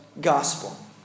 gospel